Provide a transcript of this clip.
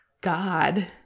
God